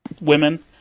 women